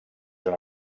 una